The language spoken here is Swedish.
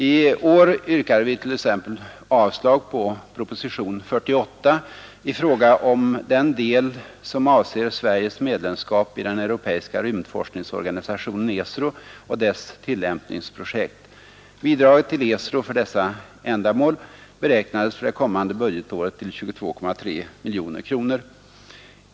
I år yrkar vi t.ex. avslag på propositionen 48 i fråga om den del som avser Sveriges medlemskap i Europeis'xa rymdforskningsorganisationen, ESRO, och dess tillämpningsprojekt. Bidraget till ESRO för dessa ändamål beräknas för det kommande budgetåret till 22,3 miljoner kronor.